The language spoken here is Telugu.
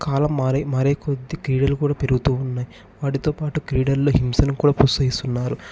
కాలం మారే మారే కొద్ది క్రీడలు కూడా పెరుగుతూ ఉన్నాయి వాటితో పాటు క్రీడల్లో హింసను కూడా ప్రోత్సహిస్తున్నారు